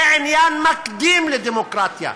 זה עניין מקדים לדמוקרטיה.